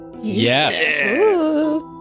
Yes